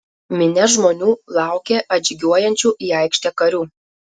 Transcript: minia žmonių laukė atžygiuojančių į aikštę karių